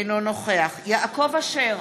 אינו נוכח יעקב אשר,